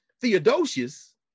Theodosius